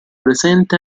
presente